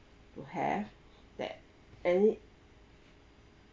to have that any